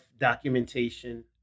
documentation